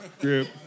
group